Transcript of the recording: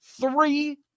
Three